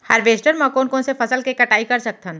Harvester म कोन कोन से फसल के कटाई कर सकथन?